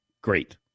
Great